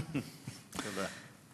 תודה.